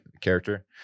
character